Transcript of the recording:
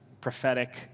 prophetic